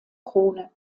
krone